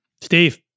Steve